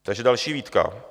Takže další výtka.